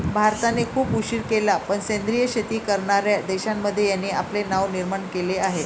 भारताने खूप उशीर केला पण सेंद्रिय शेती करणार्या देशांमध्ये याने आपले नाव निर्माण केले आहे